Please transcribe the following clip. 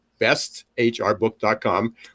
besthrbook.com